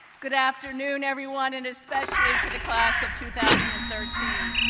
good afternoon everyone and especially to the class of two thousand and thirteen.